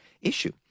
issue